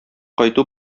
кайту